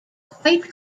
quite